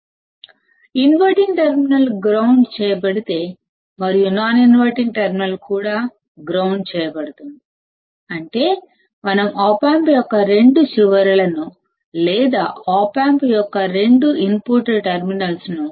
ఒకవేళ inverting terminal ground చేయబడితే non inverting కూడా గ్రౌండ్ చేయబడుతుంది అంటే మనం ఆప్ ఆంప్ యొక్క రెండు చివరలను లేదా ఆప్ ఆంప్ యొక్క రెండు ఇన్పుట్ టెర్మినల్స్ ను